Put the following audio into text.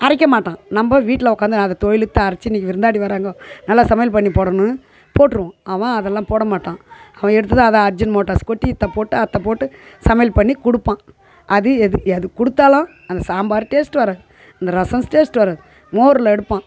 அரைக்க மாட்டான் நம்ம வீட்டில் உக்காந்து அதை அரைத்து இன்றைக்கு விருந்தாளி வர்றாங்க நல்லா சமையல் பண்ணி போடணும் போட்டுருவோம் அவன் அதெல்லாம் போடமாட்டான் அவன் எடுத்தது அது அஜினமோட்டாஸ் கொட்டி இத போட்டு அத போட்டு சமையல் பண்ணி கொடுப்பான் அது எது எது கொடுத்தாலும் அந்த சாம்பார் டேஸ்ட் வராது அந்த ரசம் டேஸ்ட் வராது மோரில் எடுப்பான்